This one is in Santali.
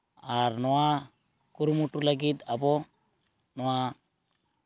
ᱟᱨ ᱱᱚᱣᱟ ᱠᱩᱨᱩᱢᱩᱴᱩ ᱞᱟᱹᱜᱤᱫ ᱟᱵᱚ ᱱᱚᱣᱟ